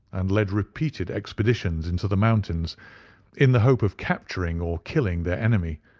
and led repeated expeditions into the mountains in the hope of capturing or killing their enemy,